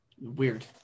weird